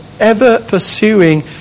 ever-pursuing